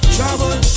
Travel